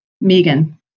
Megan